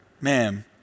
ma'am